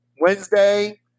Wednesday